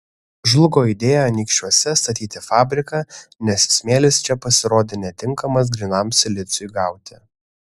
žlugo idėja anykščiuose statyti fabriką nes smėlis čia pasirodė netinkamas grynam siliciui gauti